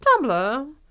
Tumblr